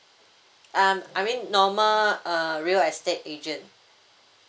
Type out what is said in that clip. um I mean normal uh real estate agent